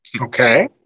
Okay